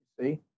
See